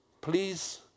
please